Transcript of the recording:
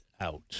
out